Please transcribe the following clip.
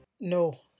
No